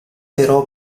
però